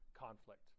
conflict